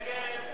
מי נגד,